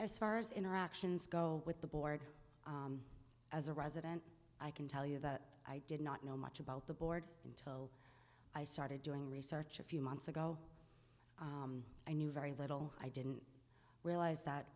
as far as interactions go with the board as a resident i can tell you that i did not know much about the board until i started doing research a few months ago i knew very little i didn't realize that